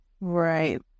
right